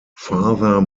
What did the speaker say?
father